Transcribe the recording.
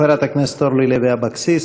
חברת הכנסת אורלי לוי אבקסיס.